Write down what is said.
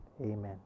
Amen